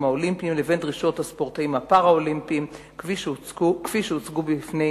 האולימפיים לבין דרישות הספורטאים הפראלימפיים כפי שהוצגו בפני